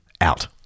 out